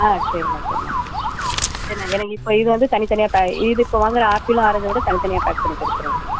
ஆ சரிண்ணா சரிண்ணா சரிண்ணா எனக்கு இப்போ இது வந்து தனி தனியாக பே இது இப்போ வாங்கிற ஆப்பிளும் ஆரஞ்சை விட தனி தனியாக பேக் பண்ணி கொடுத்துருங்க